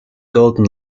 golden